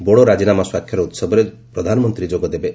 ବୋଡୋ ରାଜିନାମା ସ୍ୱାକ୍ଷର ଉହବରେ ପ୍ରଧାନମନ୍ତ୍ରୀ ଯୋଗଦେବେ